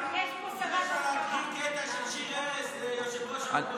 אם אפשר להקריא שיר ערש לראש האופוזיציה,